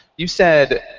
you said,